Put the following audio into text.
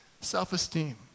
self-esteem